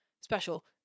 special